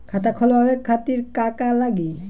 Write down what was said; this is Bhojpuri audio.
खाता खोलवाए खातिर का का लागी?